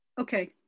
okay